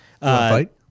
fight